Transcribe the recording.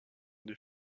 des